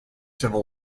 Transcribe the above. civil